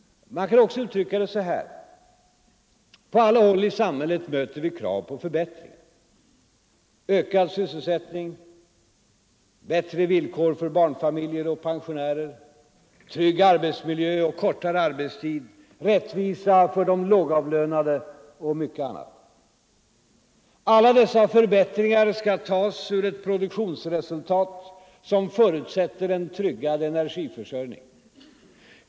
Man kan också uttrycka det så här: På alla håll i samhället möter vi krav på förbättringar, på ökad sysselsättning, bättre villkor för barnfamiljer och pensionärer, trygg arbetsmiljö och kortare arbetstid, rättvisa för de lågavlönade och mycket annat. Alla dessa förbättringar skall tas ur ett produktionsresultat som förutsätter en tryggad energiförsörjning.